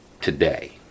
today